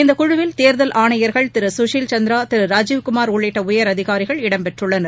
இந்தக் குழுவில் தேர்தல் ஆணையர்கள் திரு குஷில் சந்திராதிரு ராஜீவ் குமார் உள்ளிட்ட உயர் அதிகாரிகள் இடம்பெற்றுள்ளனர்